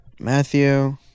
Matthew